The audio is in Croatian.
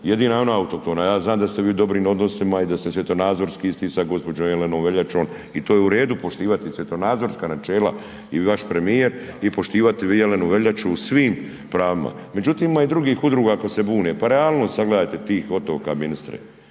je ona autohtona, ja znam da ste vi u dobrim odnosima i da se svjetonazorski isti sa gđom. Jelenom Veljačom i to je u redu poštivati svjetonazorska načela i vaš premijer i poštivati Jelenu Veljaču u svim pravima međutim ima i drugih udruga koje se bune, pa realnost sagledajte tih otoka, ministre,